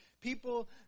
People